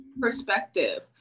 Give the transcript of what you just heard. perspective